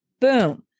Boom